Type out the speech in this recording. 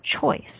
choice